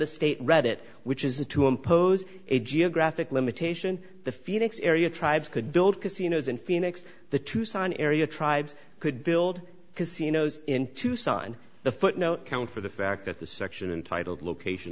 the state read it which is a to impose a geographic limitation the phoenix area tribes could build casinos in phoenix the tucson area tribes could build casinos in tucson the footnote count for the fact that the section entitled location